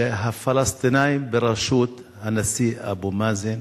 שהפלסטינים בראשות הנשיא אבו מאזן